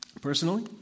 personally